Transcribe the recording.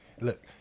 look